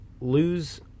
lose